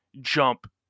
jump